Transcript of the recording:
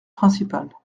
principales